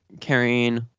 carrying